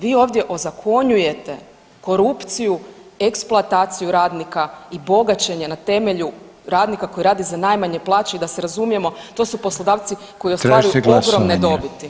Vi ovdje ozakonjujete korupciju, eksploataciju radnika i bogaćenje na temelju radnika koji rade za najmanje plaće i da se razumijemo to su poslodavci koji ostvaruju ogromne dobiti.